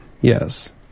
Yes